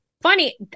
funny